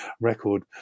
record